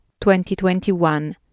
2021